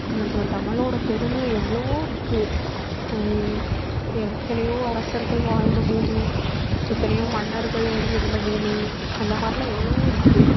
நம்ம தமிழோட பெருமை எவ்வளவோ இருக்கு எத்தனையோ அரசர்கள் வாழ்ந்த பூமி எத்தனையோ மன்னர்கள் இருந்த பூமி அந்தமாதிரிலாம் எவ்வளவோ இருக்கு